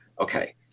Okay